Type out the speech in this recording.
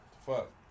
Fuck